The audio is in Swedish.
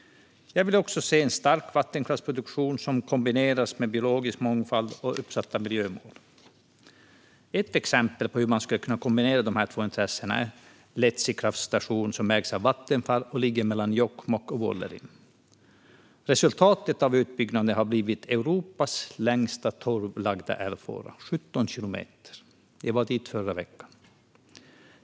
Jag vill också se en stark vattenkraftsproduktion som kombineras med biologisk mångfald och uppsatta miljömål. Ett exempel på där man skulle kunna kombinera dessa två intressen är Letsi kraftverk som ägs av Vattenfall och ligger mellan Jokkmokk och Vuollerim. Resultatet av utbyggnaden har blivit Europas längsta torrlagda älvfåra, 17 kilometer. Jag var där i förra veckan.